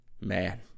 Man